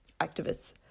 activists